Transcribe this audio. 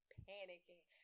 panicking